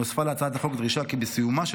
נוספה להצעת החוק דרישה כי בסיומה של